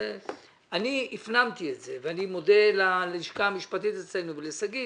אני הפנמתי את זה ואני מודה ללשכה המשפטית אצלנו ולשגית